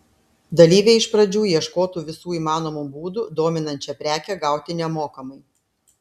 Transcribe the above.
dalyviai iš pradžių ieškotų visų įmanomų būdų dominančią prekę gauti nemokamai